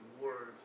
word